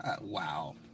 Wow